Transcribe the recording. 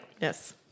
Yes